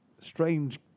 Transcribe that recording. strange